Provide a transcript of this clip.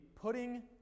putting